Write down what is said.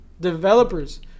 Developers